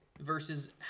versus